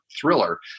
thriller